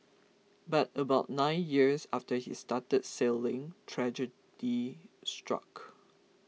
but about nine years after he started sailing tragedy struck